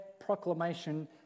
proclamation